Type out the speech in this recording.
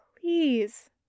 Please